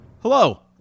Hello